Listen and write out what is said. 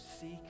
seek